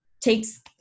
takes